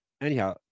anyhow